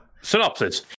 synopsis